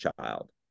child